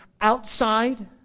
outside